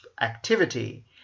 activity